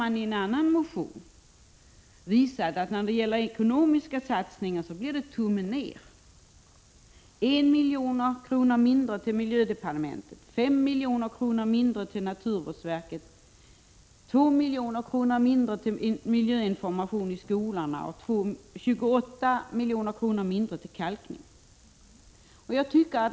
Men i en annan motion har man visat att när det gäller ekonomiska satsningar blir det tummen ner: 1 milj.kr. mindre till miljödepartementet, 5 milj.kr. mindre till naturvårdsverket, 2 milj.kr. mindre till miljöinformationen i skolorna och 28 milj.kr. mindre till kalkning.